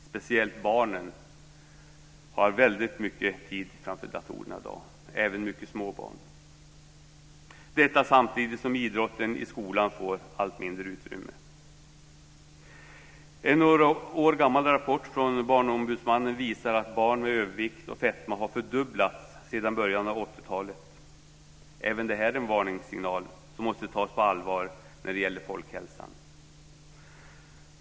Speciellt barnen har väldigt mycket tid framför datorerna i dag, även mycket små barn. Så här är det samtidigt som idrotten i skolan får allt mindre utrymme. En några år gammal rapport från Barnombudsmannen visar att antalet barn med övervikt och fetma har fördubblats sedan början av 80-talet. Även det här är en varningssignal som måste tas på allvar när det gäller folkhälsan.